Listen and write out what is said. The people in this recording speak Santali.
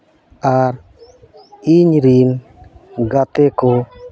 ᱟᱨ ᱤᱧ ᱨᱤᱱ ᱜᱟᱛᱮ ᱠᱚ